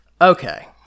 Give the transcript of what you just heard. Okay